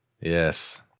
Yes